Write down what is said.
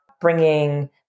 bringing